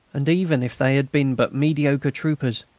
and, even if they had been but mediocre troopers,